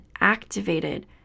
activated